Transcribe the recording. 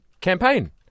campaign